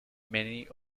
many